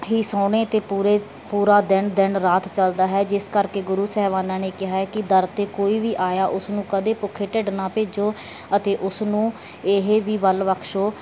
ਹੀ ਸੋਹਣੇ ਅਤੇ ਪੂਰੇ ਪੂਰਾ ਦਿਨ ਦਿਨ ਰਾਤ ਚੱਲਦਾ ਹੈ ਜਿਸ ਕਰਕੇ ਗੁਰੂ ਸਾਹਿਬਾਨਾਂ ਨੇ ਕਿਹਾ ਹੈ ਕਿ ਦਰ 'ਤੇ ਕੋਈ ਵੀ ਆਇਆ ਉਸਨੂੰ ਕਦੇ ਭੁੱਖੇ ਢਿੱਡ ਨਾ ਭੇਜੋ ਅਤੇ ਉਸ ਨੂੰ ਇਹ ਵੀ ਬਲ ਬਖਸ਼ੋ